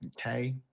okay